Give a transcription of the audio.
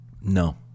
No